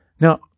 Now